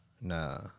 Nah